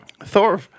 Thor